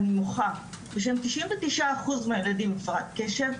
ואני מוחה בשם 99 אחוז מהילדים עם הפרעת קשב,